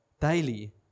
daily